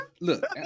look